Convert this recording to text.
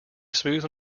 smooth